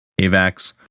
AVAX